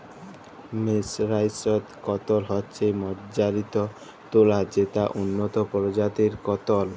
mercerised cotton হছে মাজ্জারিত তুলা যেট উল্লত পরজাতির কটল